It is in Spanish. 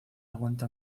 aguanta